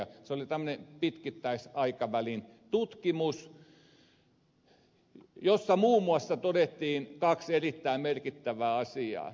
se oli tämmöinen pitkittäisaikavälin tutkimus jossa muun muassa todettiin kaksi erittäin merkittävää asiaa